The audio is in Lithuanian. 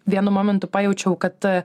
vienu momentu pajaučiau kad